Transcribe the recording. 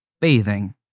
bathing